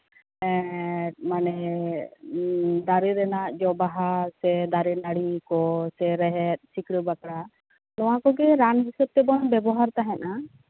ᱢᱟᱱᱮ ᱫᱟᱨᱮ ᱨᱮᱱᱟᱜ ᱡᱚ ᱵᱟᱦᱟ ᱥᱮ ᱫᱟᱨᱮ ᱱᱟᱹᱲᱤ ᱠᱚ ᱥᱮ ᱨᱮᱦᱮᱫ ᱥᱤᱠᱲᱟᱹ ᱵᱟᱠᱲᱟ ᱱᱚᱣᱟ ᱨᱚᱜᱮ ᱨᱟᱱ ᱦᱤᱥᱟᱹᱵᱽ ᱛᱮᱫᱚ ᱵᱚᱱ ᱵᱮᱵᱚᱦᱟᱨ ᱛᱟᱦᱮᱸᱫᱼᱟ